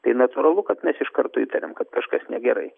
tai natūralu kad mes iš karto įtariam kad kažkas negerai